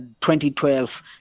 2012